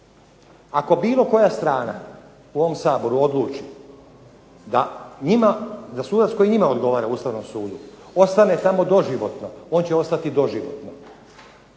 Ako bilo koja strana u ovom Saboru odluči da ima, da sudac koji ima odgovara u Ustavnom sudu. Ostane tamo doživotno. Jer neće pristati na izbor